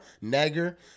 Nagger